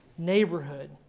neighborhood